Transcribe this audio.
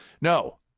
No